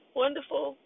wonderful